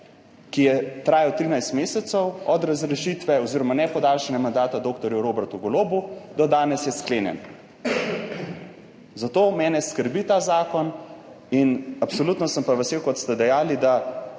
ki je trajal 13 mesecev od razrešitve oziroma nepodaljšanja mandata dr. Robertu Golobu do danes, je sklenjen, zato mene ta zakon skrbi. Absolutno sem pa vesel, kot ste dejali, da